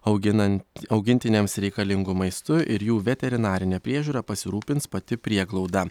auginant augintiniams reikalingu maistu ir jų veterinarine priežiūra pasirūpins pati prieglauda